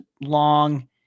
long